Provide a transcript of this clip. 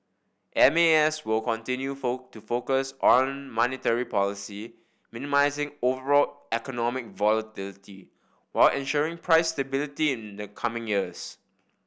M A S will continue to focus on monetary policy minimising overall economic volatility while ensuring price stability in the coming years